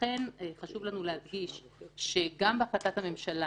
לכן, חשוב לנו להדגיש שגם בהחלטת הממשלה